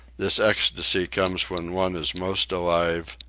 this ecstasy comes when one is most alive,